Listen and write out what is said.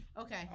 Okay